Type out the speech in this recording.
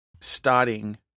starting